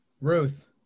Ruth